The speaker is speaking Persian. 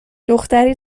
دختری